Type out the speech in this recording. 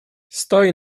stoi